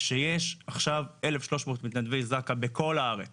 שיש עכשיו אלף שלוש מאות מתנדבי זק"א בכל הארץ